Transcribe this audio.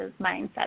mindset